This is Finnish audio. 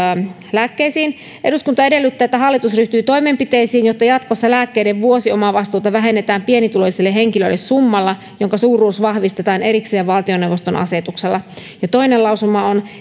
lääkkeisiin eduskunta edellyttää että hallitus ryhtyy toimenpiteisiin jotta jatkossa lääkkeiden vuosiomavastuuta vähennetään pienituloisille henkilöille summalla jonka suuruus vahvistetaan erikseen valtioneuvoston asetuksella ja toinen lausuma on